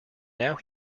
now